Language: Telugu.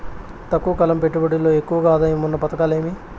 తక్కువ కాలం పెట్టుబడిలో ఎక్కువగా ఆదాయం ఉన్న పథకాలు ఏమి?